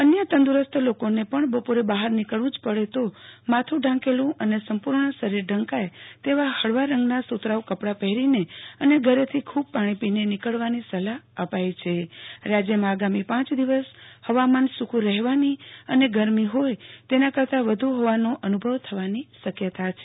અન્ય તંદુરસ્ત લોકોને પણબપોરે બહાર નીકળવું જ પડે તો માથું ઢાંકેલું અને સંપૂર્ણ શરીર ઢંકાય તેવા હળવારંગનાં સુ તરાઉ કપડાં પહેરીને અને ઘરેથી ખૂ બ પાણી પીને જ નીકળવાની સલાહ અપાઈ છે રાજયમાં આગામી પાંચ દિવસ હવામાન સુ કુ રહેવાની અને ગરમી હોય તેના કરતાં વધુ હોવાનો અનુ ભવ થવાની શક્યતા છે